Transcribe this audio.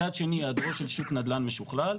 מצד שני היעדרו של שוק נדל"ן משוכלל,